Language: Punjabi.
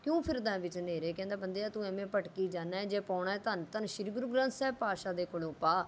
ਕਿਉਂ ਫਿਰਦਾ ਹੈ ਵਿੱਚ ਹਨੇਰੇ ਕਹਿੰਦਾ ਬੰਦਿਆ ਤੂੰ ਐਵੇਂ ਭਟਕੀ ਜਾਂਦਾ ਹੈ ਜੇ ਪਾਉਣਾ ਧੰਨ ਧੰਨ ਸ਼੍ਰੀ ਗੁਰੂ ਗ੍ਰੰਥ ਸਾਹਿਬ ਪਾਤਸ਼ਾਹ ਦੇ ਕੋਲੋਂ ਪਾ